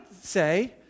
say